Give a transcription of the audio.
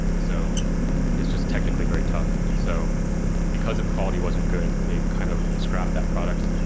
so it's just technically very tough, so because if the quality wasn't good, they kind of scrap that product,